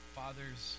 fathers